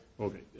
Okay